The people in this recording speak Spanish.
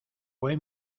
fue